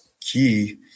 key